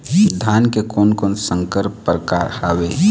धान के कोन कोन संकर परकार हावे?